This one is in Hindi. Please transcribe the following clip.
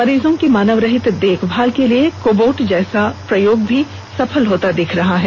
मरीजों की मानवरहित देखभाल के लिए कोबोट जैसा प्रयोग भी सफल होता दिख रहा है